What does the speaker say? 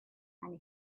and